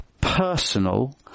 personal